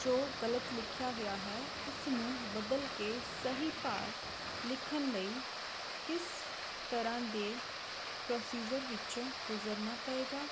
ਜੋ ਗਲਤ ਲਿਖਿਆ ਗਿਆ ਹੈ ਉਸ ਨੂੰ ਬਦਲ ਕੇ ਸਹੀ ਭਾਰ ਲਿਖਣ ਲਈ ਕਿਸ ਤਰ੍ਹਾਂ ਦੇ ਪ੍ਰੋਸੀਜਰ ਵਿੱਚੋਂ ਗੁਜਰਨਾ ਪਵੇਗਾ